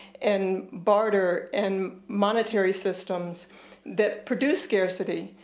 and barter, and monetary systems that produce scarcity.